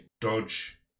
dodge